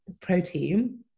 protein